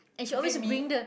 is it me